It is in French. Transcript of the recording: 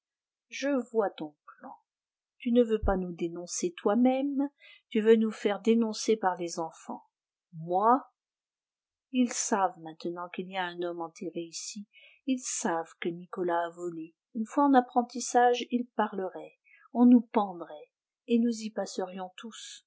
je vois ton plan tu ne veux pas nous dénoncer toi-même tu veux nous faire dénoncer par les enfants moi ils savent maintenant qu'il y a un homme enterré ici ils savent que nicolas a volé une fois en apprentissage ils parleraient on nous prendrait et nous y passerions tous